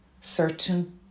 Certain